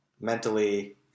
mentally